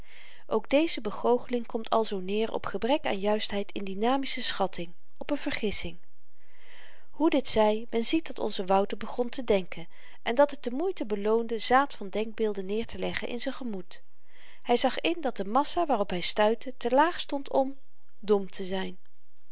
ook deze begoocheling komt alzoo neer op gebrek aan juistheid in dynamische schatting op n vergissing hoe dit zy men ziet dat onze wouter begon te denken en dat het de moeite beloonde zaad van denkbeelden neerteleggen in z'n gemoed hy zag in dat de massa waarop hy stuitte te laag stond om dom te zyn